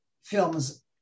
films